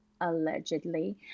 allegedly